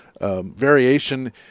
Variation